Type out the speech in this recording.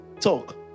talk